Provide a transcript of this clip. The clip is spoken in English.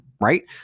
right